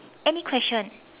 any question